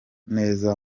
neza